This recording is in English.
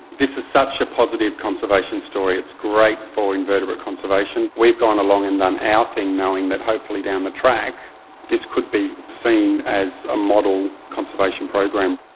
this is such a positive conservation story. it's great for invertebrate conservation. we've gone along and done our thing knowing that hopefully down the track this could be seen as a model conservation program.